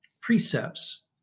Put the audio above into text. precepts